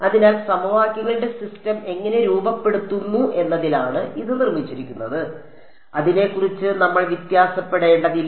അതിനാൽ സമവാക്യങ്ങളുടെ സിസ്റ്റം എങ്ങനെ രൂപപ്പെടുത്തുന്നു എന്നതിലാണ് ഇത് നിർമ്മിച്ചിരിക്കുന്നത് അതിനെക്കുറിച്ച് നമ്മൾ വ്യത്യാസപ്പെടേണ്ടതില്ല